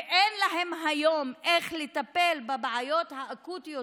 ואין להן היום איך לטפל בבעיות האקוטיות